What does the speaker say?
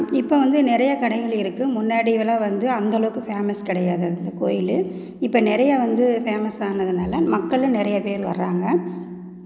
இப்போ வந்து நிறையா கடைகள் இருக்கு முன்னாடி இதெல்லாம் வந்து அந்தளவுக்கு ஃபேமஸ் கிடையாது அந்த கோயில் இப்போ நிறையா வந்து ஃபேமஸ் ஆனதுனால மக்களும் நிறைய பேர் வராங்க